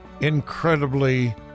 incredibly